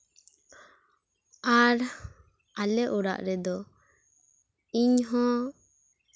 ᱟᱨ ᱟᱞᱮ ᱚᱲᱜ ᱨᱮᱫᱚ ᱤᱧᱦᱚᱸ